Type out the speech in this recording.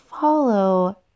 Follow